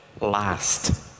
last